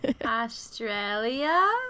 Australia